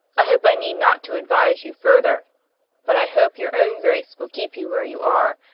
i hope i need not to advise you further but i hope your own grace will keep you where you are,